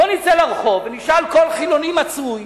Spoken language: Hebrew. בוא נצא לרחוב ונשאל כל חילוני מצוי,